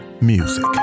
Music